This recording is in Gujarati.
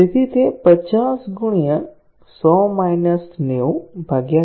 તેથી તે 50 90 છે જે આશરે 6